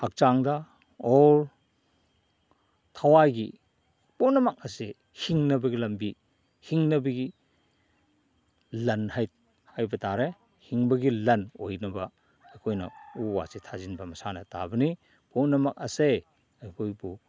ꯍꯛꯆꯥꯡꯗ ꯑꯣꯔ ꯊꯋꯥꯏꯒꯤ ꯄꯨꯝꯅꯃꯛ ꯑꯁꯤ ꯍꯤꯡꯅꯕꯒꯤ ꯂꯝꯕꯤ ꯍꯤꯡꯅꯕꯒꯤ ꯂꯟ ꯍꯥꯏꯕ ꯇꯥꯔꯦ ꯍꯤꯡꯕꯒꯤ ꯂꯟ ꯑꯣꯏꯅꯕ ꯑꯩꯈꯣꯏꯅ ꯎ ꯋꯥꯁꯦ ꯊꯥꯖꯤꯟꯕ ꯃꯁꯥꯅ ꯇꯥꯕꯅꯤ ꯄꯨꯝꯅꯃꯛ ꯑꯁꯦ ꯑꯩꯈꯣꯏꯕꯨ